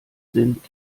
sind